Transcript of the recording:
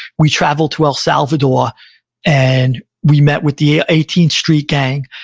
we traveled to el salvador and we met with the eighteenth street gang,